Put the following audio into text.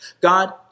God